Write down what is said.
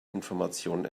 information